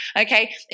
okay